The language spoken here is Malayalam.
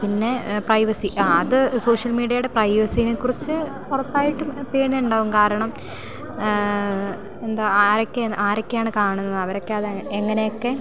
പിന്നെ പ്രൈവസി ആ അത് സോഷ്യൽ മീഡിയയുടെ പ്രൈവസീനെ കുറിച്ച് ഉറപ്പായിട്ട് പിന്നെ പേടിയുണ്ടാകും കാരണം എന്താ ആരൊക്കെയെന്ന് ആരൊക്കെയാണ് കാണുന്നു അവരൊക്കെയത് എങ്ങനെയൊക്കെ